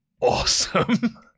awesome